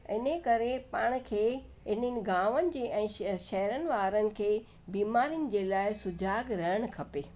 इन ई करे पाण खे इन्हनि गांवन जे ऐं शहरनि वारनि खे बीमारियुनि जे लाइ सुॼाग रहण खपे